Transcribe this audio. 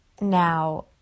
Now